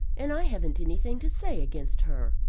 and i haven't anything to say against her.